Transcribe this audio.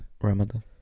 Ramadan